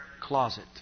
closet